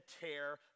tear